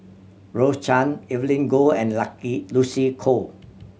Rose Chan Evelyn Goh and Lucky Lucy Koh